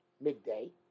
midday